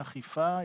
אכיפה,